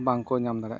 ᱵᱟᱝᱠᱚ ᱧᱟᱢ ᱫᱟᱲᱮᱭᱟᱜ ᱠᱟᱱᱟ